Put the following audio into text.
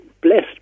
blessed